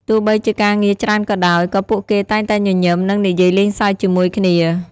ទោះបីជាការងារច្រើនក៏ដោយ ក៏ពួកគេតែងតែញញឹម និងនិយាយលេងសើចជាមួយគ្នា។